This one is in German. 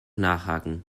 nachhaken